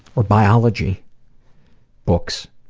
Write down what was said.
or biology books.